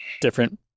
Different